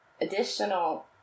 additional